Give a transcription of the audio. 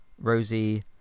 Rosie